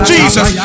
Jesus